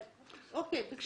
אוקיי, בסדר.